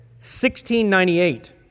1698